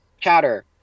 chatter